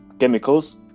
chemicals